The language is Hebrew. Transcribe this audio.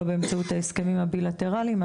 לא באמצעות ההסכמים הבילטרליים,